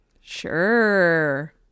Sure